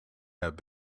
have